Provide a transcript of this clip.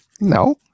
No